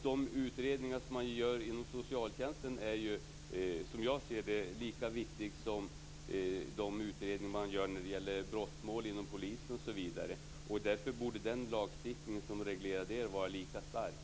De utredningar som man gör inom socialtjänsten är, som jag ser det, lika viktiga som de utredningar man gör när det gäller brottmål inom polisen osv. Därför borde den lagstiftning som reglerar det vara lika stark.